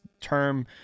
term